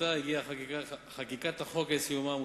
שבזכותה הגיעה חקיקת החוק לסיומה המוצלח.